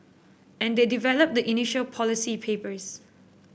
and they develop the initial policy papers